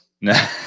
no